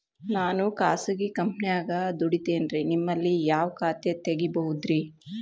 ನಾನು ಖಾಸಗಿ ಕಂಪನ್ಯಾಗ ದುಡಿತೇನ್ರಿ, ನಿಮ್ಮಲ್ಲಿ ಯಾವ ಖಾತೆ ತೆಗಿಬಹುದ್ರಿ?